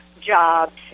jobs